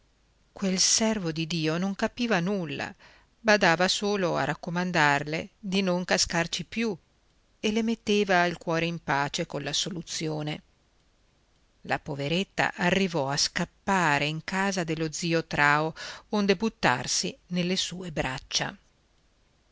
quel servo di dio non capiva nulla badava solo a raccomandarle di non cascarci più e le metteva il cuore in pace coll'assoluzione la poveretta arrivò a scappare in casa dello zio trao onde buttarsi nelle sue braccia